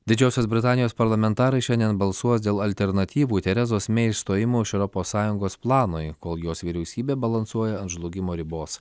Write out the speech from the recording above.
didžiosios britanijos parlamentarai šiandien balsuos dėl alternatyvų terezos mei išstojimo iš europos sąjungos planui kol jos vyriausybė balansuoja ant žlugimo ribos